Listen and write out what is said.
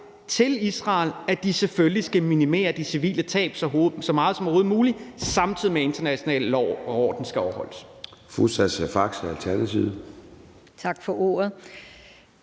Israel, at de selvfølgelig skal minimere de civile tab så meget som overhovedet muligt, samtidig med at international lov og orden skal overholdes.